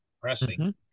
pressing